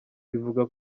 bivugwa